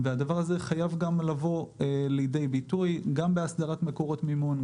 והדבר הזה חייב לבוא לידי ביטוי גם בהסדרת מקורות מימון,